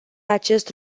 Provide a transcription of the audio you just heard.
acest